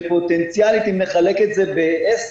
שפוטנציאלית אם נחלק את זה ב-10,